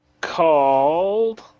called